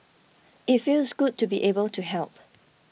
it feels good to be able to help